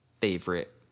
favorite